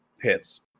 hits